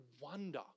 wonder